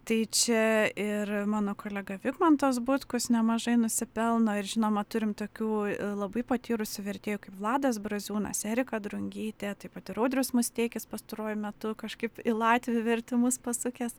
tai čia ir mano kolega vidmantas butkus nemažai nusipelno ir žinoma turim tokių labai patyrusių vertėjų kaip vladas braziūnas erika drungytė taip pat ir audrius musteikis pastaruoju metu kažkaip į latvių vertimus pasukęs